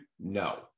No